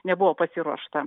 nebuvo pasiruošta